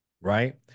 Right